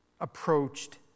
approached